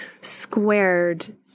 squared